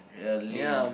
ya lame